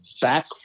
back